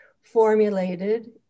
formulated